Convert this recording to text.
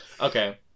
Okay